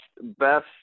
best